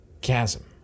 chasm